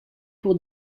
pour